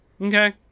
Okay